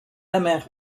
amer